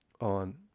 on